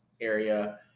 area